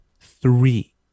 three